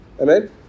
Amen